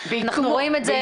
אנחנו רואים את זה.